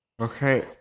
Okay